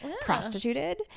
prostituted